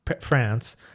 france